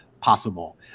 possible